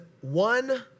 one